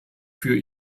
für